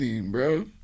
bro